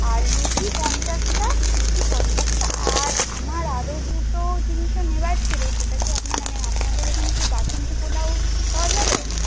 আর লুচি পঞ্চাশটা লুচি পঞ্চাশটা আর আমার আরো দুটো জিনিসও নেওয়ার ছিল সেটা কি আপনার মানে আপনাদের এখানে কি বাসন্তী পোলাও পাওয়া যাবে